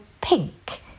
pink